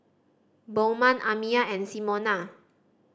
Bowman Amiah and Simona